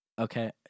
Okay